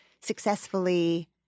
successfully